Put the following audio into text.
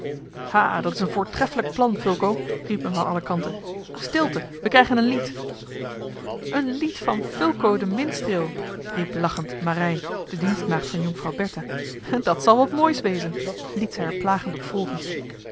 ha dat is een voortreffelijk plan fulco riep men van alle kanten stilte we krijgen een lied een lied van fulco den minstreel riep lachend marij de dienstmaagd van jonkvrouw bertha dat zal wat moois wezen liet zij er plagend op volgen